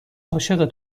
عاشق